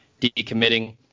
decommitting